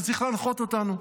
זה צריך להנחות אותנו.